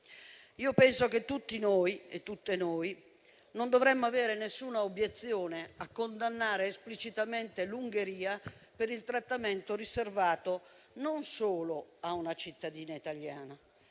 Io penso che tutti noi e tutte noi non dovremmo avere alcuna obiezione a condannare esplicitamente l'Ungheria per il trattamento riservato non solo a una cittadina italiana,